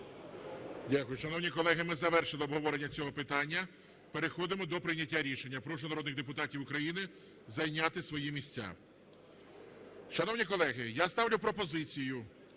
Дякую. Шановні колеги, ми завершили обговорення цього питання, переходимо до прийняття рішення. Прошу народних депутатів України зайняти свої місця. Шановні колеги, я ставлю пропозицію